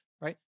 right